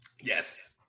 Yes